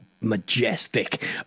majestic